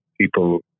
people